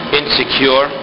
insecure